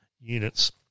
units